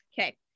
Okay